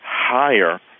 higher